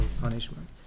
punishment